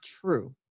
true